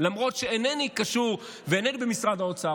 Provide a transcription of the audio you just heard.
למרות שאינני קשור ואינני במשרד האוצר.